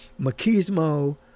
machismo